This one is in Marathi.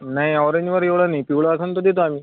नाही ऑरेंजवर एवढं नाही पिवळं असंन तर देतो आम्ही